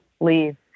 leave